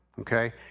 Okay